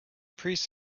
priests